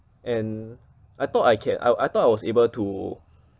and I thought I can I I thought I was able to